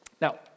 Now